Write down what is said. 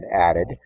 added